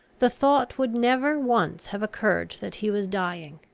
the thought would never once have occurred that he was dying.